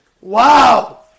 wow